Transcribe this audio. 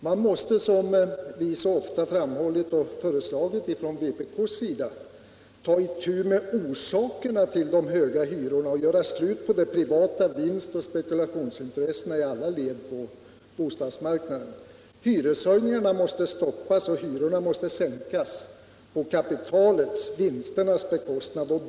Man måste, som vi från vpk:s sida så ofta har framhållit och föreslagit, ta itu med orsakerna till de höga hyrorna och göra slut på de privata vinstoch spekulationsintressena i alla led på bostadsmarknaden. Hyreshöjningarna måste stoppas och hyrorna måste sänkas på kapitalets, vinstens bekostnad.